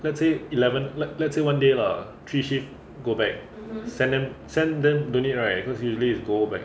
let's say eleven let~ let's say one day lah three shift go back send them send them don't need right cause usually is go back